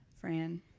Fran